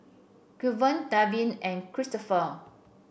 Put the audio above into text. Cleve Delvin and Cristopher